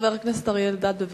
חבר הכנסת אריה אלדד, בבקשה.